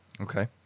Okay